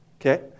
Okay